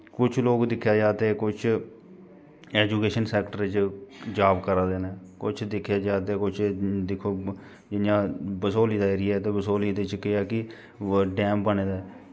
कुछ लोग दिक्खेआ जा ते कुछ ऐजुकेशन सैक्टर च जाब करा दे न कुछ दिक्खेआ जा ते कुछ इ'यां कुछ दिक्खो जियां बसोहली दा एरिया ते बसोहली बिच्च केह् ऐ कि डैम बने दा ऐ